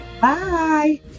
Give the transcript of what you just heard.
Bye